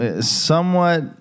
Somewhat